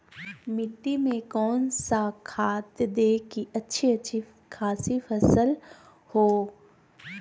मिट्टी में कौन सा खाद दे की अच्छी अच्छी खासी फसल हो?